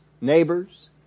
neighbors